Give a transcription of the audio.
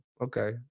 Okay